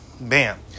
bam